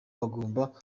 bagomba